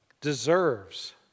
deserves